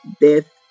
death